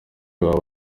waba